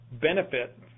benefit